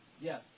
Yes